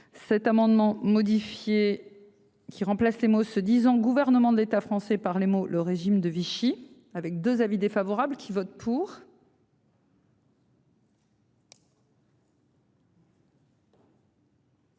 Cet amendement modifié. Qui remplacent les mots se disant gouvernement de l'État français par les mots le régime de Vichy avec 2 avis défavorables qui vote pour.